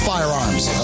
Firearms